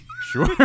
Sure